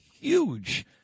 huge